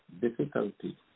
difficulty